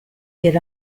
get